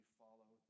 follow